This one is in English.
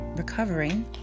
recovering